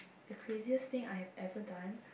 the craziest thing I have ever done